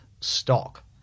stock